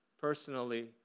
personally